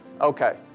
Okay